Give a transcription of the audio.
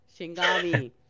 Shingami